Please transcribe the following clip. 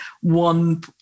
one